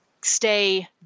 stay